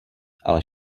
ale